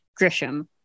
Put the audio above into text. Grisham